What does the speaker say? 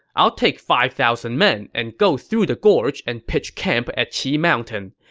i'll take five thousand men and go through the gorge and pitch camp at qi mountain.